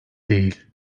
değil